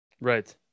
Right